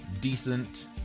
decent